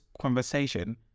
conversation